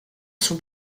son